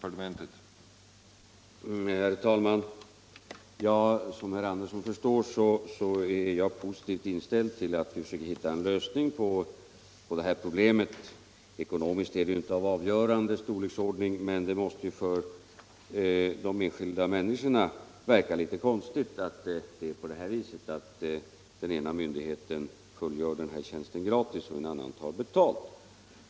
Herr talman! Som herr Andersson i Örebro förstår är jag positivt inställd till att försöka hitta en lösning på det här problemet. Ekonomiskt är det inte av avgörande storleksordning, men det måste för de enskilda människorna verka litet konstigt att den ena myndigheten fullgör den här tjänsten gratis medan den andra myndigheten tar betalt.